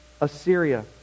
Assyria